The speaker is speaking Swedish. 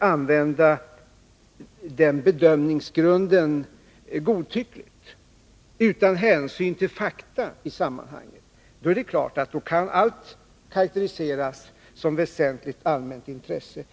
använda den bedömningsgrunden godtyckligt, utan hänsyn till fakta i sammanhanget, är det klart att allting kan karakteriseras som ”väsentligt allmänt intresse”.